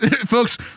folks